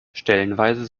stellenweise